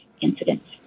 incidents